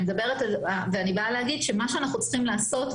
אני חושבת שמה שאנחנו צריכים לעשות,